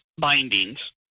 bindings